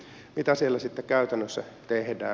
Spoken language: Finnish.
mitä siellä sitten käytännössä tehdään